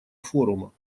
форума